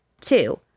Two